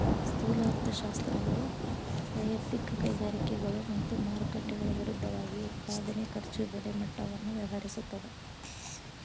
ಸ್ಥೂಲ ಅರ್ಥಶಾಸ್ತ್ರವು ವಯಕ್ತಿಕ ಕೈಗಾರಿಕೆಗಳು ಮತ್ತ ಮಾರುಕಟ್ಟೆಗಳ ವಿರುದ್ಧವಾಗಿ ಉತ್ಪಾದನೆ ಖರ್ಚು ಬೆಲೆ ಮಟ್ಟವನ್ನ ವ್ಯವಹರಿಸುತ್ತ